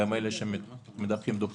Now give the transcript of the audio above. גם לאלה שמדווחים דיווח דו-חודשי?